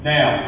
Now